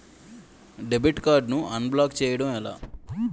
Debit card ను unblock block చేయటం ఎలా?